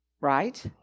right